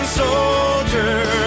soldier